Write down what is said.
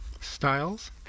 styles